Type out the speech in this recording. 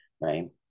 right